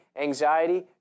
anxiety